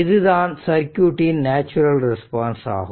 இதுதான் சர்க்யூட் இன் natural response ஆகும்